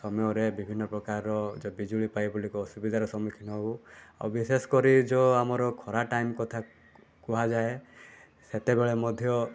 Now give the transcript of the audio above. ସମୟରେ ବିଭିନ୍ନ ପ୍ରକାର ଯେଉଁ ବିଜୁଳି ପାଇଁ ଅସୁବିଧାର ସମ୍ମୁଖୀନ ହେଉ ଆଉ ବିଶେଷ କରି ଯେଉଁ ଆମର ଖରା ଟାଇମ୍ କଥା କୁହାଯାଏ ସେତେବେଳେ ମଧ୍ୟ